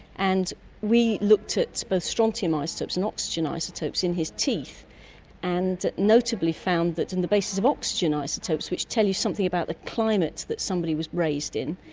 and we looked at both strontium isotopes and oxygen isotopes in his teeth and notably found in the basis of oxygen isotopes which tell you something about the climate that somebody was raised in,